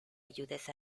ayudes